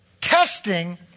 testing